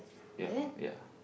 yea yea